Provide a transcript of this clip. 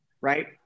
right